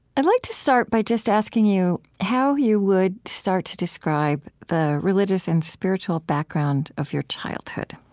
i'd like to start by just asking you how you would start to describe the religious and spiritual background of your childhood